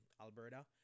Alberta